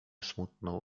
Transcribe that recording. smutną